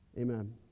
Amen